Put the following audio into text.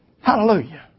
Hallelujah